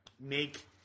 make